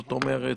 זאת אומרת,